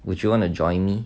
would you want to join me